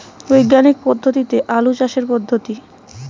বিজ্ঞানিক পদ্ধতিতে আলু চাষের পদ্ধতি?